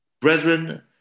brethren